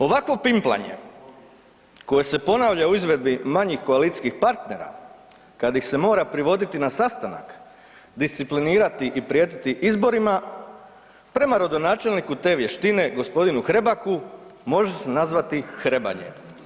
Ovakvo pimplanje koje se ponavlja u izvedbi manjih koalicijskih partnera, kad se mora privoditi na sastanak, disciplinirati ih i prijetiti izborima, prema rodonačelniku te vještine, g. Hrebaku, možemo nazvati hrebanje.